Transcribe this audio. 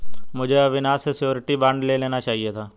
मुझे अविनाश से surety bond ले लेना चाहिए था